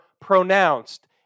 pronounced